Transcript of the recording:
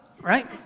right